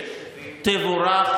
הממשלה אישרה